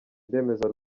ndemeza